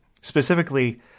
Specifically